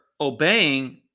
obeying